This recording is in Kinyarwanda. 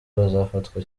bazafatwa